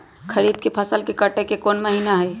खरीफ के फसल के कटे के कोंन महिना हई?